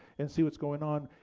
and see what's going on.